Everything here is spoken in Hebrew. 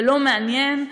ולא מעניין,